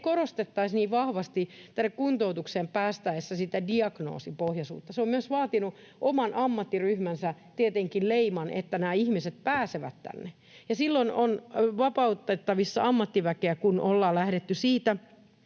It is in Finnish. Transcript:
korostettaisi niin vahvasti tänne kuntoutukseen päästäessä sitä diagnoosipohjaisuutta. Se on tietenkin myös vaatinut oman ammattiryhmänsä leiman, että nämä ihmiset pääsevät tänne, ja silloin on vapautettavissa ammattiväkeä, kun ollaan lähdetty siitä,